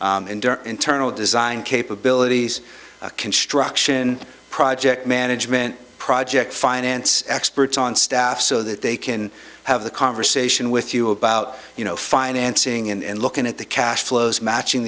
and internal design capabilities construction project management project finance experts on staff so that they can have the conversation with you about you know financing and looking at the cash flows matching